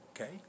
Okay